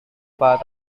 pak